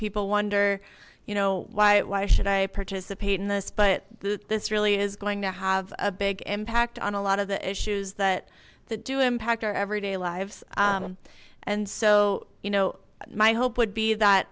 people wonder you know why why should i participate in this but this really is going to have a big impact on a lot of the issues that that do impact our everyday lives and so you know my hope would be that